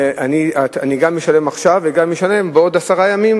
אני גם אשלם עכשיו וגם אשלם בעוד עשרה ימים,